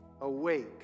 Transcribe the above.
awake